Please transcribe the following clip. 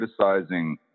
criticizing